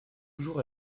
toujours